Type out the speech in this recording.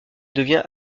devient